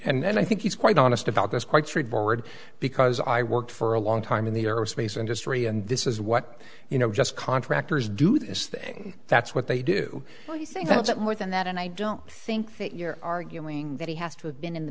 and i think he's quite honest about this quite straightforward because i worked for a long time in the aerospace industry and this is what you know just contractors do this thing that's what they do or you think that's more than that and i don't think that you're arguing that he has to have been in the